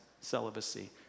celibacy